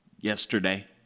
yesterday